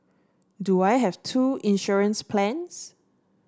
do I have two insurance plans